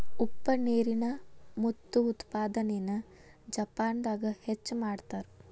ಉಪ್ಪ ನೇರಿನ ಮುತ್ತು ಉತ್ಪಾದನೆನ ಜಪಾನದಾಗ ಹೆಚ್ಚ ಮಾಡತಾರ